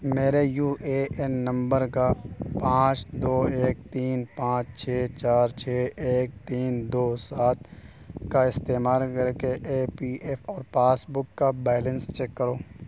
میرے you a N number کا پانچ دو ایک تین پانچ چھ چار چھ ایک تین دو سات کا استعمال کر کے اے پی ایف او پاس بک کا بیلنس چیک کرو